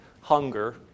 hunger